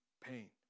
pain